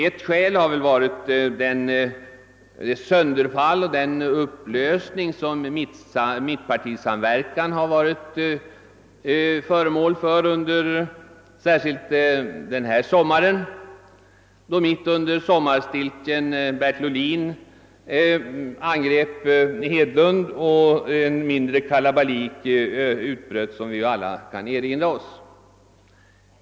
Ett skäl har väl varit det sönderfall och den upplösning som mittpartisamverkan har undergått särskilt denna sommar, då mitt under sommarstiltjen Bertil Ohlin angrep Hedlund och en mindre kalabalik utbröt som vi ju alla kan erinra oss.